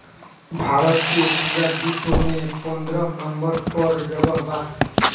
भारत के पूरा विश्व में पन्द्रह नंबर पर जगह बा